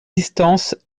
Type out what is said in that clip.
distance